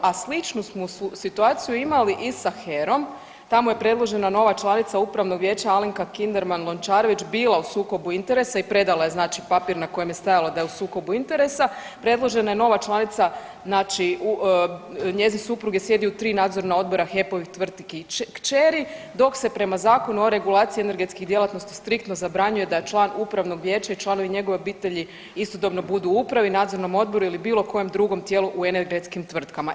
A sličnu smo situaciju imali i sa HERA-om, tamo je predložena nova članica upravnog vijeća Alenka Kinderman Lončarević bila u sukobu interesa i predala je papir na kojem je stajalo je da je u sukobu interesa, predložena je nova članica znači njezin suprug je sjedio u tri nadzorna odbora HEP-ovih tvrtki kćeri dok se prema Zakonu o regulaciji energetskih djelatnosti striktno zabranjuje da član upravnog vijeća i članovi njegove obitelji istodobno budu u upravi, nadzornom odboru ili bilo kojem drugom tijelu u energetskim tvrtkama.